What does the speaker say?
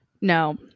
No